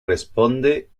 responde